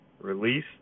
Release